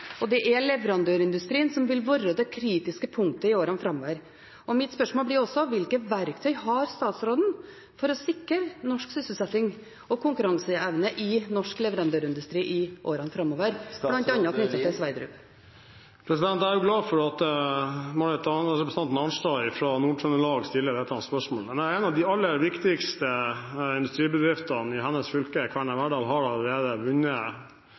og det er leverandørindustrien som vil være det kritiske punktet i åra framover. Mitt spørsmål blir: Hvilke verktøy har statsråden for å sikre norsk sysselsetting og konkurranseevne i norsk leverandørindustri i åra framover, bl.a. i forbindelse med Johan Sverdrup? Jeg er glad for at representanten Arnstad fra Nord-Trøndelag stiller dette spørsmålet. En av de aller viktigste industribedriftene i hennes fylke, Kværner Verdal, har allerede vunnet